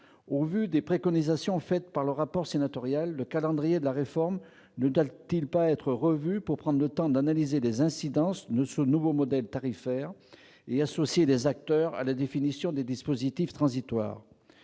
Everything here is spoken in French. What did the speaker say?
Au vu des préconisations contenues dans le rapport sénatorial, le calendrier de la réforme ne doit-il pas être revu, afin de se donner le temps d'analyser les incidences de ce nouveau modèle tarifaire et d'associer les acteurs à la définition des dispositifs transitoires ?